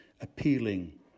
appealing